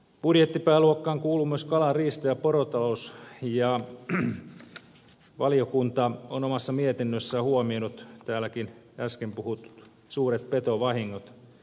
budjettipääluokkaan kuuluu myös kala riista ja porotalous ja valiokunta on omassa mietinnössään huomioinut täälläkin äsken puhutut suuret petovahingot